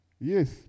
Yes